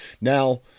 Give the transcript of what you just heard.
Now